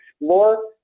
explore